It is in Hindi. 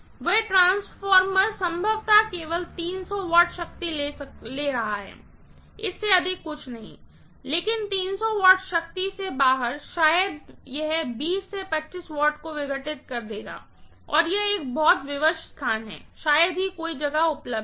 वह ट्रांसफार्मर संभवतः केवल 300 W शक्ति ले जा रहा है इससे अधिक कुछ नहीं लेकिन 300 W शक्ति से बाहर शायद यह 20 25 W को विघटित कर देगा और यह एक बहुत विवश स्थान है शायद ही कोई जगह उपलब्ध है